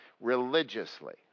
religiously